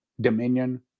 dominion